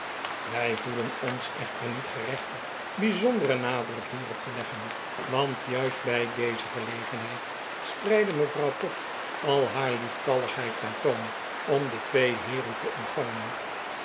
wij voelen ons echter niet gerechtigd bijzonderen nadruk hierop te leggen want juist bij deze gelegenheid spreidde mevrouw pott al haar lieftalligheid ten toon om de twee heeren te ontvangen